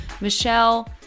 michelle